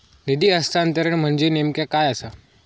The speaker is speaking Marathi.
निधी हस्तांतरण म्हणजे नेमक्या काय आसा?